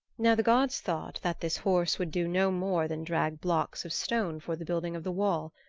now the gods thought that this horse would do no more than drag blocks of stone for the building of the wall.